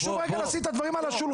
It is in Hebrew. חשוב לשים רגע את הדברים על השולחן,